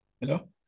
Hello